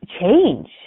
change